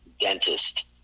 dentist